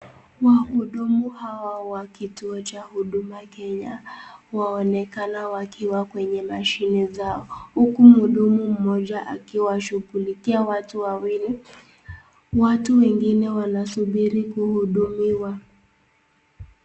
Wahudumu hawa wa kituo cha huduma Kenya, waonekana wakiwa kwenye mashini zao, huku mhudumu mmoja akiwashughulikia watu wawili , watu wengine wanasubiri kuhudumiwa.